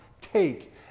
Take